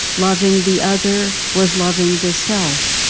loving the other was loving the self,